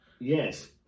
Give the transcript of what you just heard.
Yes